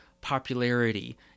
popularity